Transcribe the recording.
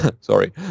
Sorry